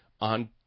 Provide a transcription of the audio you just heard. on